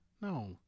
No